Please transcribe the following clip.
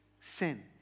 sin